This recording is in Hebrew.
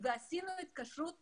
ועשינו התקשרות